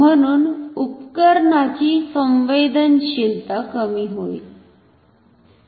म्हणुन उपकरणाची संवेदनशीलता कमी होईल